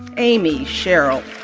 amy sheryl